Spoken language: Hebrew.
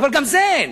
אבל גם זה אין,